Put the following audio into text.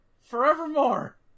Forevermore